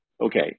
Okay